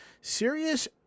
Serious